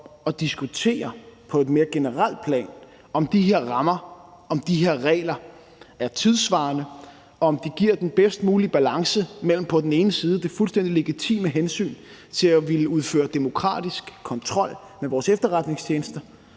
at diskutere, om de her rammer, om de her regler er tidssvarende, og om de giver den bedst mulige balance mellem på den ene side det fuldstændig legitime hensyn til at ville udføre en demokratisk kontrol med vores efterretningstjenester